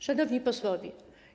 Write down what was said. Szanowni Posłowie!